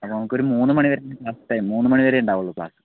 അപ്പോൾ നമക്കൊരു മുന്ന് മണിവരെ ക്ലാസ്സ് ടൈം മുന്ന് മണിവരെ ഉണ്ടാവുകയുള്ളു ക്ലാസ്സ്